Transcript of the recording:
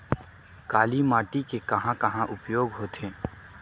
काली माटी के कहां कहा उपयोग होथे?